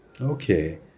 Okay